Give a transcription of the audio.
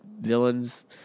villains